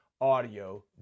Audio